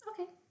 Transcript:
Okay